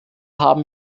haben